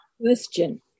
question